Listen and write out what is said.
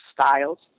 styles